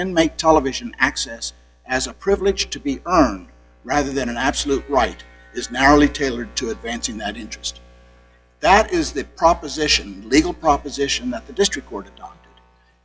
and make television access as a privilege to be on rather than an absolute right is narrowly tailored to advancing that interest that is the proposition legal proposition that the district court